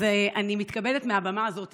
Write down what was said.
אני מתכבדת מהבמה הזאת